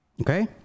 okay